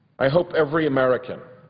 i hope every american,